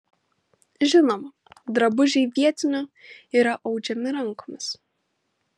žinoma drabužiai vietinių yra audžiami rankomis